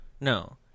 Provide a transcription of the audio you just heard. No